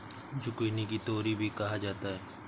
zucchini को तोरी भी कहा जाता है